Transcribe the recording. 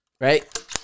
Right